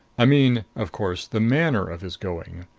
i mean, of course, the manner of his going.